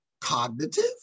cognitive